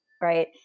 right